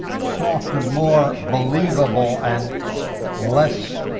softer, more believable and less